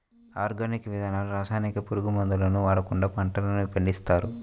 organic విధానంలో రసాయనిక, పురుగు మందులను వాడకుండా పంటలను పండిస్తారు